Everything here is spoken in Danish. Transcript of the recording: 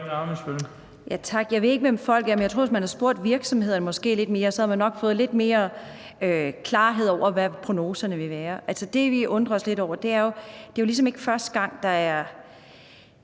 jeg tror, at hvis man havde spurgt virksomhederne lidt mere, havde man nok fået lidt mere klarhed over, hvad prognoserne vil være. Altså, det, vi undrer os lidt over, er, at det jo ligesom ikke er første gang, der er,